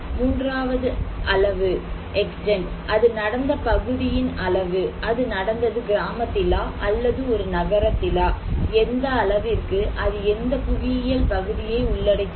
மூன்றாவது அளவு அது நடந்த பகுதியின் அளவு அது நடந்தது கிராமத்திலா அல்லது ஒரு நகரத்திலா எந்த அளவிற்கு அது எந்த புவியியல் பகுதியை உள்ளடக்கியது